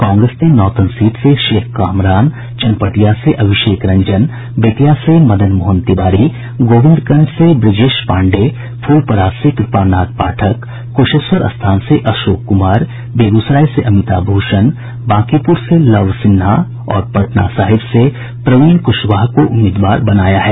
कांग्रेस ने नौतन सीट से शेख कमरान चनपटिया से अभिषेक रंजन बेतिया से मदन मोहन तिवारी गोविंदगंज से ब्रजेश पांडे फुलपरास से कुपानाथ पाठक कुशेश्वरस्थान से अशोक कुमार बेगूसराय से अमिता भूषण बांकीपुर से लव सिन्हा और पटना साहिब से प्रवीण कुशवाहा को उम्मीदवार बनाया है